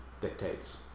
dictates